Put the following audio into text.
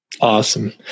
Awesome